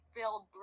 filled